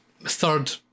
Third